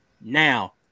Now